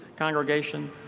congregation.